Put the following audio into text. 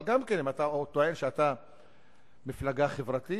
אבל גם, אם אתה טוען שאתה מפלגה חברתית,